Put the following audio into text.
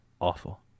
awful